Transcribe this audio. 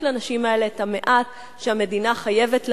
לנשים האלה את המעט שהמדינה חייבת להן.